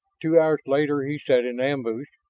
two hours later he sat in ambush,